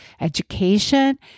education